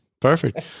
Perfect